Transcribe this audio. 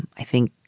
i think.